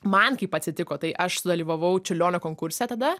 man kaip atsitiko tai aš sudalyvavau čiurlionio konkurse tada